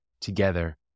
together